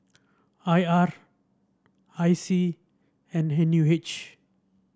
I R I C and N U H